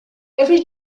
every